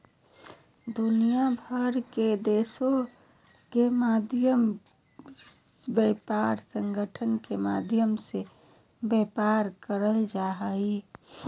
दुनिया भर के देशों के मध्य विश्व व्यापार संगठन के माध्यम से व्यापार करल जा हइ